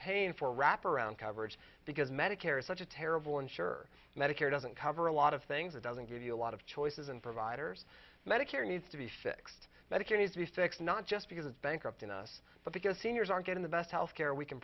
paying for wrap around average because medicare is such a terrible i'm sure medicare doesn't cover a lot of things or doesn't give you a lot of choices and providers medicare needs to be fixed but it can ease the fix not just because it's bankrupting us but because seniors aren't getting the best health care we can